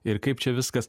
ir kaip čia viskas